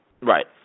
Right